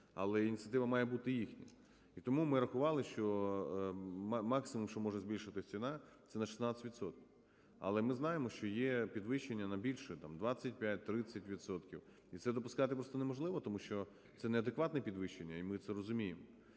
але ініціатива має бути їхня. І тому ми рахували, що максимум, що може збільшитись ціна, це на 16 відсотків. Але ми знаємо, що є підвищення на більше: там 25, 30 відсотків. І це допускати просто неможливо, тому що це неадекватне підвищення, і ми це розуміємо.